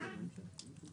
הערה שיש לנו בסעיף 24(2)